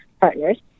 Partners